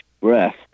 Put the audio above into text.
breath